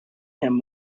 him